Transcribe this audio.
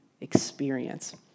experience